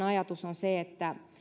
ajatus on se että